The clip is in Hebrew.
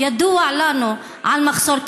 ידוע לנו על מחסור כזה,